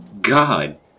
god